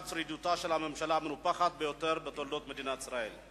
שרידותה של הממשלה המנופחת ביותר בתולדות מדינת ישראל.